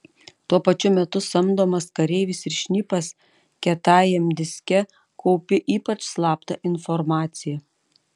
tuo pačiu metu samdomas kareivis ir šnipas kietajam diske kaupi ypač slaptą informaciją